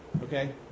okay